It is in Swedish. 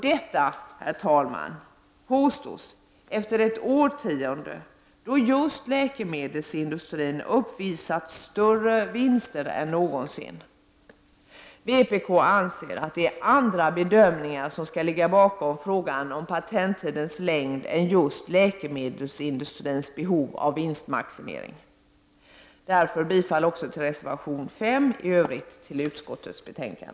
Detta, herr talman, påstås efter ett årtionde då just läkemedelsindustrin uppvisat större vinster än någonsin. Vpk anser att det är andra bedömningar som skall ligga bakom frågan om patenttidens längd än just läkemedelsindustrins behov av vinstmaximering. Jag yrkar bifall också till reservation 5, och i övrigt till utskottets hemställan.